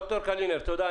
ד"ר קלינר, תודה.